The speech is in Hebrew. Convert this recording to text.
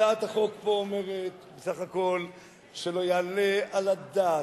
הצעת החוק פה אומרת בסך הכול שלא יעלה על הדעת,